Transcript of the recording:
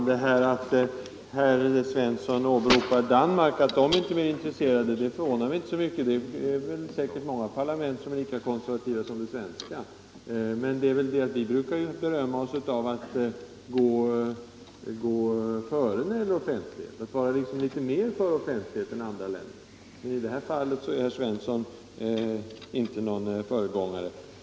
Herr talman! Herr Svensson i Eskilstuna åberopade att danskarna inte var intresserade. Det förvånar mig inte så mycket. Det finns säkert många parlament som är lika konservativa som det svenska. Men vi brukar ju berömma oss av att gå före när det gäller offentlighet, att vara liksom litet mera för offentlighet än andra länder. I det här fallet är herr Svensson inte någon föregångare.